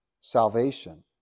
salvation